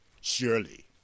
Surely